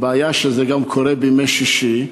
18:00. הבעיה היא שזה גם קורה בימי שישי,